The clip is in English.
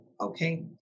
okay